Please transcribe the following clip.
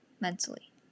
mentally